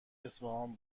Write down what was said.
اصفهان